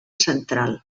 central